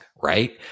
right